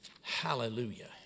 Hallelujah